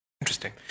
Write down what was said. Interesting